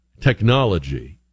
technology